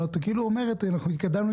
אבל את כאילו אומרת אנחנו התקדמנו,